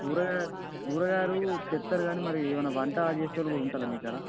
కూరగాయలు కూరగాయలు తెత్తరు గానీ మరి ఏమన్నా వంట చేసేటోళ్ళు కూడా ఉంటారా మీ కాడ